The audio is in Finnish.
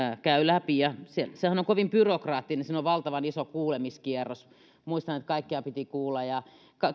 käy läpi ja sehän on kovin byrokraattinen siinä on valtavan iso kuulemiskierros muistan että kaikkia piti kuulla ja